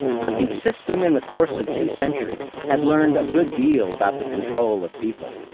but the system in the course of two centuries had learned a good deal about the control of people.